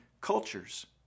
cultures